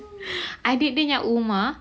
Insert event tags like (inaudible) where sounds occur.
(breath) adik dengan umar